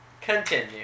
Continue